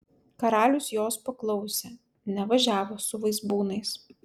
karalius jos paklausė nevažiavo su vaizbūnais